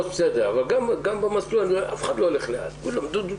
כולם ממהרים.